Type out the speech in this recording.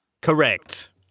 Correct